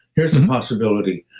here's a possibility.